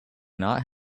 not